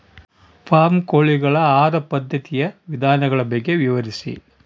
Form ಕೋಳಿಗಳ ಆಹಾರ ಪದ್ಧತಿಯ ವಿಧಾನಗಳ ಬಗ್ಗೆ ವಿವರಿಸಿ?